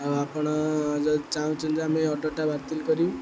ଆଉ ଆପଣ ଯଦି ଚାହୁଁଛିନ୍ତି ଆମେ ଏ ଅର୍ଡ଼ର୍ଟା ବାତିଲ କରିବୁ